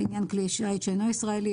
לעניין כלי שיט שאינו ישראלי,